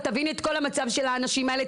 את תביני את כל המצב של האנשים האלה.